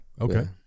Okay